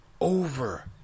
over